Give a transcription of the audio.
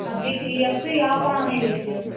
اَتھ گٔے کریک تہٕ یہِ آو پانَے ؤسِتھ